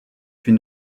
fut